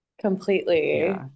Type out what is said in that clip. completely